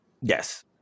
Yes